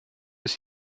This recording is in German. ist